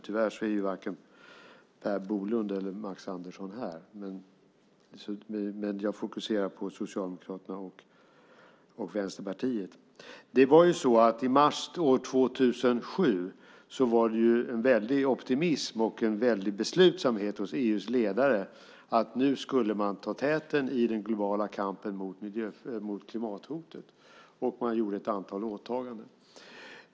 Tyvärr är varken Per Bolund eller Max Andersson här. Jag fokuserar på Socialdemokraterna och Vänsterpartiet. I mars 2007 fanns det en väldig optimism och en väldig beslutsamhet hos EU:s ledare att nu skulle man ta täten i den globala kampen mot klimathotet. Man gjorde ett antal åtaganden.